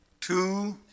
Two